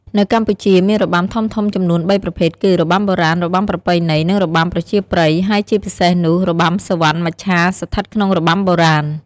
នៅកម្ពុជា មានរបាំធំៗចំនួនបីប្រភេទគឺ របាំបុរាណ របាំប្រពៃណី និងរបាំប្រជាប្រិយ ហើយជាពិសេសនោះ របាំសុវណ្ណមច្ឆាស្ថិតក្នុងរបាំបុរាណ។